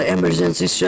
Emergency